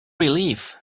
relief